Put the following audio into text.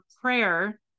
prayer